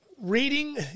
Reading